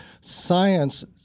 science